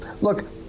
Look